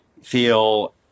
feel